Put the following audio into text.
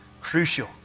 crucial